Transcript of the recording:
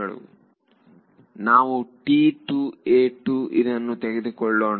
ವಿದ್ಯಾರ್ಥಿ ನಾವು T 2 a 2 ಇದನ್ನು ತೆಗೆದುಕೊಳ್ಳೋಣ